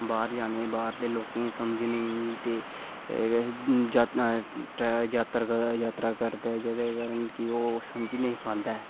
बाह्र जाने गी बाह्र दे लोकें गी समझने गी ते एह् जे जात्तरा ट्रै जात्तरा करदा तां जात्तरा करदे जेह्दे कारण इसगीओह् समझी निं पांदा ऐ